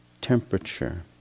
Temperature